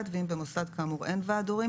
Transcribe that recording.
במוסד ואם במוסד כאמור אין ועד הורים